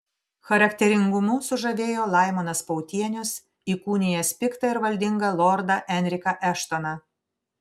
charakteringumu sužavėjo laimonas pautienius įkūnijęs piktą ir valdingą lordą enriką eštoną